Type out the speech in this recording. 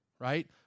right